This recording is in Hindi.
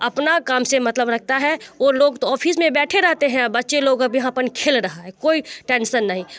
अपने काम से मतलब रखते हैं और लोग तो ऑफिस में बैठे रहते हैं बच्चे लोग अब यहाँ अपन खेल रहे हैं कोई टेंशन नहीं